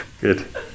Good